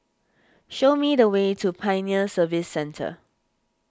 show me the way to Pioneer Service Centre